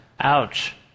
Ouch